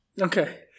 okay